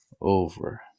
over